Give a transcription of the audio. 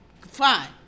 Fine